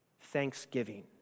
thanksgiving